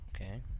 Okay